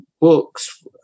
books